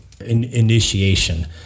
initiation